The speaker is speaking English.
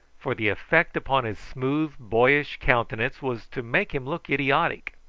for the effect upon his smooth boyish countenance was to make him look idiotic.